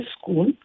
school